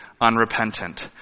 unrepentant